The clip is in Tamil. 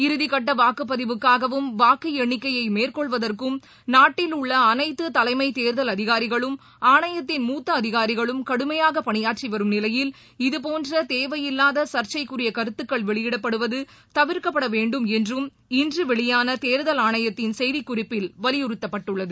இறுதிக்கட்ட வாக்குப்பதிவுக்காகவும் வாக்கு எண்ணிக்கையை மேற்கொள்வதற்கும் நாட்டில் உள்ள அனைத்து தலைமைத் தேர்தல் அதிகாரிகளும் ஆணையத்தின் மூத்த அதிகாரிகளும் கடுமையாக பணியாற்றி வரும் நிலையில் இதுபோன்ற தேவையில்லாத சர்ச்சைக்குரிய கருத்துக்கள் வெளியிடப்படுவது தவிர்க்கப்பட வேண்டும் என்றும் இன்று வெளியான தேர்தல் ஆணையத்தின் செய்திக் குறிப்பில் வலியுறுத்தப்பட்டுள்ளது